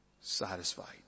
satisfied